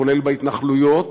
כולל בהתנחלויות